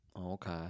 okay